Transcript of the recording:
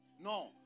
no